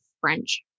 French